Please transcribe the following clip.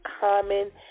common